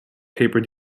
paper